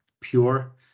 pure